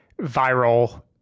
viral